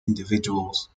individuals